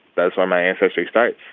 that's where my ancestry starts.